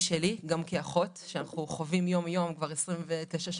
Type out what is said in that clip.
גם כאחות, שאנחנו חווים יום יום כבר 29 שנה,